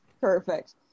Perfect